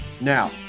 Now